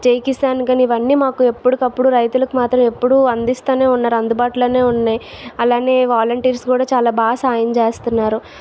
జై కిసాన్ కానీ ఇవన్నీ మాకు ఎప్పుడు కప్పుడు రైతులకు మాత్రం ఎప్పుడూ అందిస్తూనే ఉన్నారు అందుబాటులోనే ఉన్నాయి అలానే వాలంటీర్స్ కూడా చాలా బాగా సాయం చేస్తున్నారు